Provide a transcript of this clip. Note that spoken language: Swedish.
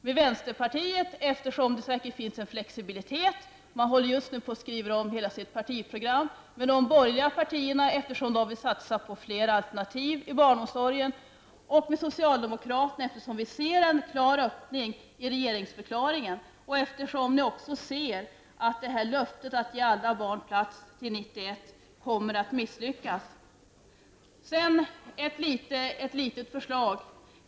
Med vänsterpartiet kan vi kanske diskutera eftersom man just nu håller på att skriva om sitt partiprogram och det därför finns en viss flexibilitet i uppfattningarna. Med de borgerliga partierna kan vi kanske diskutera, eftersom de vill satsa på fler alternativ i barnomsorgen. Med socialdemokraterna kan vi kanske diskutera, eftersom vi ser en klar öppning i regeringsförklaringen och eftersom vi alla kan se att löftet om att ge alla barn en plats på dagis senast 1991 inte kommer att kunna hållas. Så ett litet förslag.